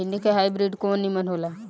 भिन्डी के हाइब्रिड कवन नीमन हो ला?